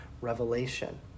revelation